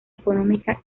económica